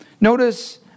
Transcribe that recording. Notice